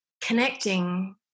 connecting